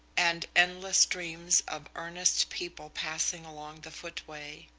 and endless streams of earnest people passing along the footway.